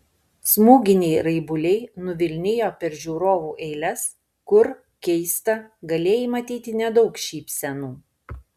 smūginiai raibuliai nuvilnijo per žiūrovų eiles kur keista galėjai matyti nedaug šypsenų